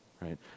right